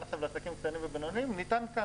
עכשיו לעסקים קטנים ובינוניים ניתן כאן,